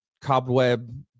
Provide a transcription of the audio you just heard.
cobweb